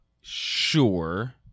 Sure